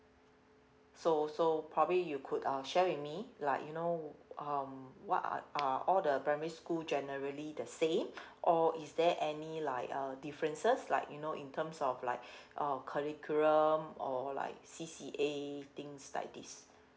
so so probably you could uh share with me like you know um what are are all the primary school generally the same or is there any like uh differences like you know in terms of like uh curriculum or like C_C_A things like this